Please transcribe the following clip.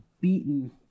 beaten